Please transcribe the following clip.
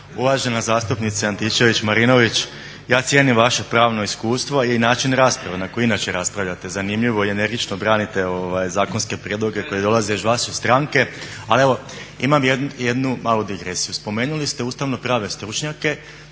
Uvažena zastupnice Antičević-Marinović ja cijenim vaše pravno iskustvo i način rasprave na koji inače raspravljate, zanimljivo i energično branite zakonske prijedloge koji dolaze iz vaše stranke. Ali evo imam jednu malu digresiju. Spomenuli ste ustavno-pravne stručnjake,